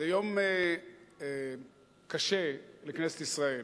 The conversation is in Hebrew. זה יום קשה לכנסת ישראל.